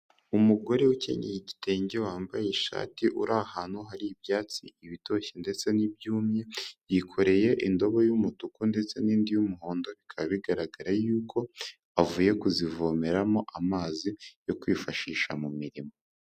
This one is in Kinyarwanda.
Umugore ukenyenye igitenge, wambaye ishati uri ahantu hari ibyatsi ibitoshye ndetse n'ibyumye, yikoreye indobo y'umutuku ndetse n'indi y'umuhondo, bikaba bigaragara y'uko avuye kuzivomeramo amazi yo kwifashisha mu mirimo.